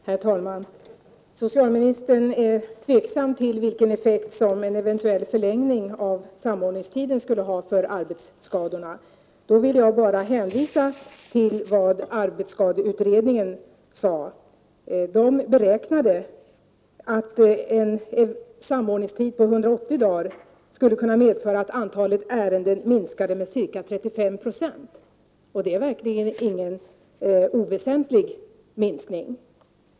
Herr talman! Socialministern är tveksam till vilken effekt en eventuell förlängning av samordningstiden skulle ha för arbetsskadorna. Då vill jag bara hänvisa till att arbetsskadeutredningen beräknade att en samordningstid på 180 dagar skulle kunna medföra att antalet ärenden minskade med ca 35 90. Det är verkligen ingen oväsentlig minskning.